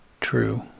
true